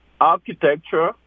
architecture